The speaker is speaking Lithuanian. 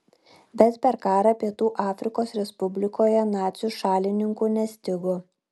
bet per karą pietų afrikos respublikoje nacių šalininkų nestigo